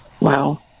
wow